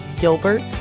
Gilbert